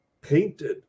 painted